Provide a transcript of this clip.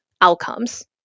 outcomes